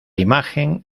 imagen